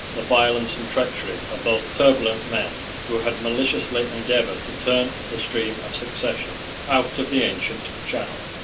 the violence and treachery of those turbulent men who had maliciously endeavoured to turn the stream of succession out of the ancient channel.